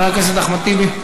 חבר הכנסת אחמד טיבי.